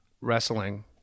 wrestling